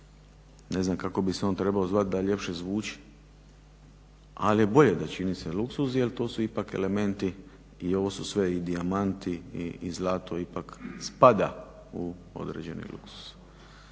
ne znam kako bi se on trebao zvati da ljepše zvuči, ali je bolje da čini se luksuz, jer to su ipak elementi i ovo su sve i dijamanti i zlato ipak spada u određeni luksuz.